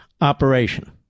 operation